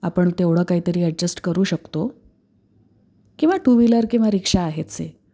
आपण तेवढं काही तरी ॲडजस्ट करू शकतो किंवा टू व्हीलर किंवा रिक्षा आहेच आहे